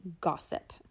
gossip